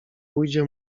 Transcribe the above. ujdzie